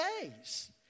days